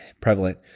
prevalent